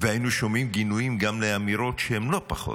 שהיינו שומעים גינויים גם לאמירות שהן לא פחות.